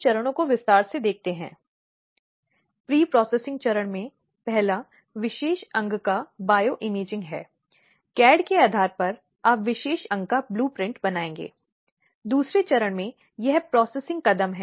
संदर्भस्लाइड देखें समय 0451 यही कारण है कि अब महिलाएं घरेलू हिंसा को समझने के बाद हम यह कह सकती हैं कि यह अधिनियम देश में घरेलू हिंसा के मुद्दे को संबोधित करने के संबंध में एक सच में स्वागत योग्य कदम है